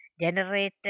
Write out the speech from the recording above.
generated